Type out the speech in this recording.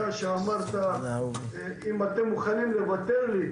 אמרת: אם אתם מוכנים לוותר לי,